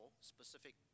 specific